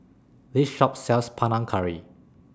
This Shop sells Panang Curry